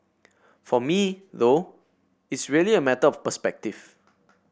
for me though it's really a matter of perspective